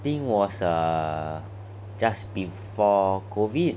think was a a just before COVID